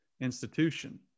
institution